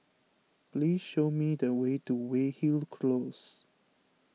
please show me the way to Weyhill Close